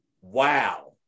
Wow